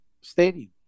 Stadium